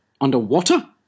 Underwater